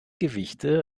gewichte